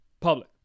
Public